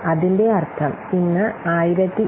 അതിന്റെ അർത്ഥം ഇന്ന് 1027